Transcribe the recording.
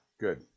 good